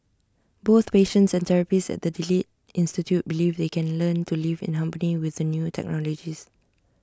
both patients and therapists at the delete institute believe they can learn to live in harmony with the new technologies